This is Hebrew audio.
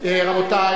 רבותי.